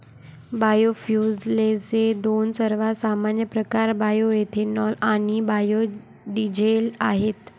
बायोफ्युएल्सचे दोन सर्वात सामान्य प्रकार बायोएथेनॉल आणि बायो डीझेल आहेत